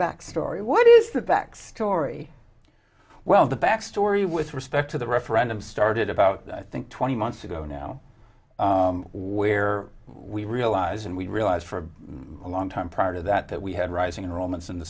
back story what is the back story well the backstory with respect to the referendum started about i think twenty months ago now where we realize and we realize for a long time prior to that that we had rising romance in